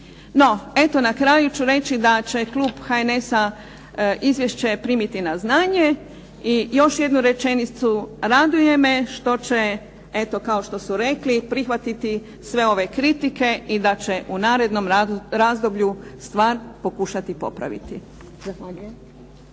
na kraju ću reći da će klub HNS-a izvješće primiti na znanje i još jednu rečenicu. Raduje me što će, eto kao što su rekli, prihvatiti sve ove kritike i da će u narednom razdoblju stvar pokušati popraviti.